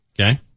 Okay